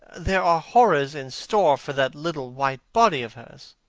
there are horrors in store for that little white body of hers!